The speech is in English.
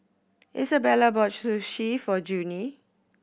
Isabella bought Sushi for Junie